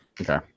Okay